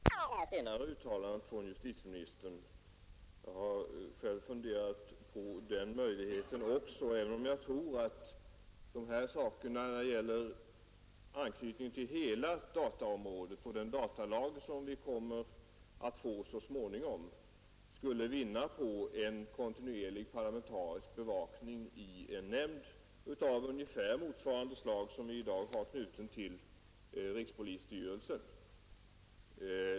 Herr talman! Jag är naturligtvis tacksam för detta senare uttalande från justitieministern. Jag har själv funderat också på den möjligheten, även om jag tror att dessa företeelser med anknytning till hela dataområdet och den datalag som vi så småningom kommer att få skulle vinna på en kontinuerlig parlamentarisk bevakning av en nämnd ungefär motsvarande den som i dag är knuten till rikspolisstyrelsen.